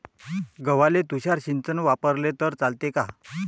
गव्हाले तुषार सिंचन वापरले तर चालते का?